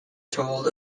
told